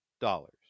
dollars